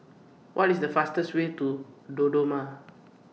What IS The fastest Way to Dodoma